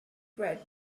read